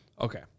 Okay